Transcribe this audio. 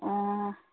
ꯑꯣ